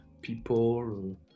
people